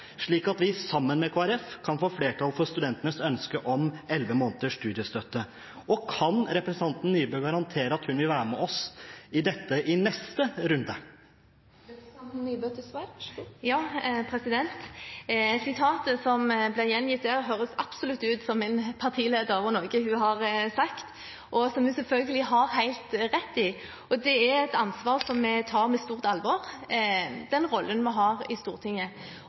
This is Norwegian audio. slik at vi sammen med Kristelig Folkeparti kan få flertall for studentenes ønske om elleve måneders studiestøtte? Kan representanten Nybø garantere at hun vil være med oss på dette i neste runde? Sitatene som ble gjengitt, høres absolutt ut som noe min partileder har sagt, og som hun selvfølgelig har helt rett i. Det er et ansvar vi tar med stort alvor, den rollen vi har i Stortinget.